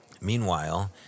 Meanwhile